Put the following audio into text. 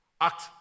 act